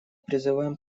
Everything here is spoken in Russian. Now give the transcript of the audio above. призываем